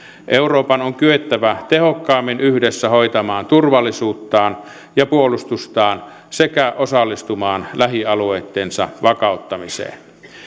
euroopan on kyettävä tehokkaammin yhdessä hoitamaan turvallisuuttaan ja puolustustaan sekä osallistumaan lähialueittensa vakauttamiseen